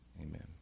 Amen